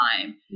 time